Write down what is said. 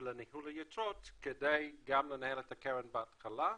בניהול יתרות כדי גם לנהל את הקרן בהתחלה,